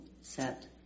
set